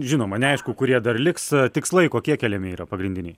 žinoma neaišku kurie dar liks tikslai kokie keliami yra pagrindiniai